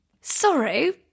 sorry